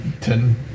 ten